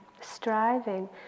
striving